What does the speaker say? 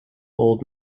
old